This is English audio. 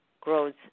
grows